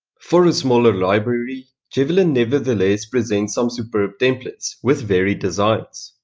for a smaller library, javelin nevertheless presents some superb templates with varied designs.